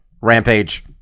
Rampage